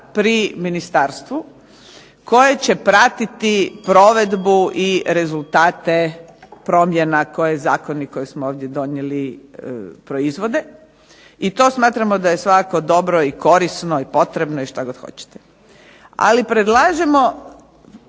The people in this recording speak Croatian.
pri ministarstvu, koje će pratiti provedbu i rezultate promjena koje zakoni koje smo ovdje donijeli proizvode. I to smatramo da je svakako dobro i korisno i potrebno i šta god hoćete. Ali predlažemo